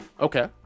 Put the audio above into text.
Okay